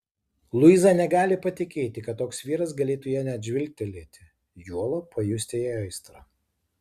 luiza negali patikėti kad toks vyras galėtų į ją net žvilgtelėti juolab pajusti jai aistrą